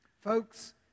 Folks